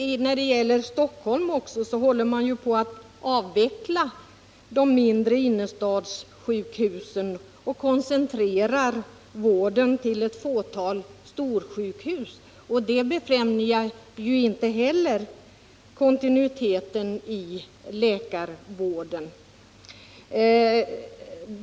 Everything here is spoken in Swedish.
I Stockholm håller man dessutom på att avveckla de mindre innerstadssjukhusen och koncentrera vården till ett fåtal storsjukhus. Det befrämjar inte kontinuiteten i läkarvården.